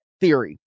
theory